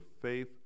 faith